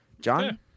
John